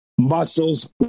muscles